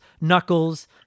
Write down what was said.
Knuckles